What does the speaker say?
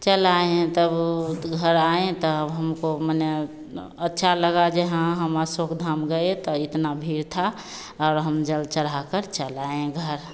चले आए हैं तब तो घर आए हैं तब हमको माने अच्छा लगा जो हाँ हम अशोक धाम गए तो इतनी भीड़ थी और हम जल चढ़ाकर चले आए हैं घर